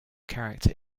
character